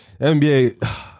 NBA